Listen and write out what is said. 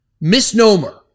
misnomer